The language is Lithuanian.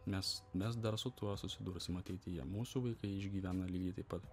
mes mes dar su tuo susidursim ateityje mūsų vaikai išgyvena lygiai taip pat